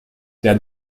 der